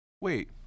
Wait